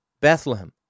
Bethlehem